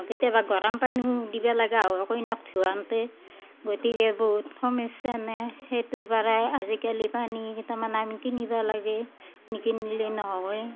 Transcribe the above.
কেতিয়াবা গৰম পানীও দিবা লাগা হয় কইনাক ধুৱাওঁতে গতিকে বহুত সমস্য়ানে সেইটোৰ পৰাই আজিকালি পানী তাৰমানে আমি কিনিবা লাগেই নিকিন্লি ন'হৱেই